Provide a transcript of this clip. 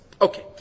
Okay